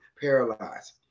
paralyzed